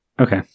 Okay